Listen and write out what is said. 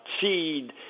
seed